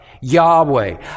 Yahweh